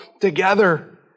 together